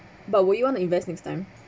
but would you wanna invest next time